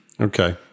Okay